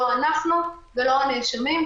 לא אנחנו ולא הנאשמים,